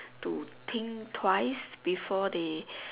to think twice before they